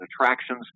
attractions